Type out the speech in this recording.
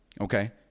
okay